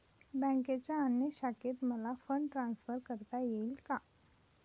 बँकेच्या अन्य शाखेत मला फंड ट्रान्सफर करता येईल का?